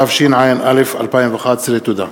התשע"א 2011. תודה.